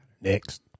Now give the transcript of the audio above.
next